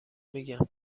میگم